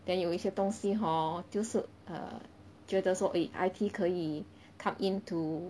then 有一些东西 hor 就是 err 觉得说 eh I_T 可以 come in to